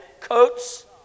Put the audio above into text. coats